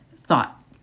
thought